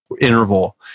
interval